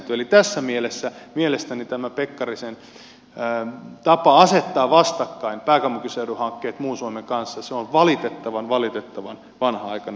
tässä mielessä mielestäni tämä pekkarisen tapa asettaa vastakkain pääkaupunkiseudun hankkeet muun suomen kanssa on valitettavan valitettavan vanhanaikainen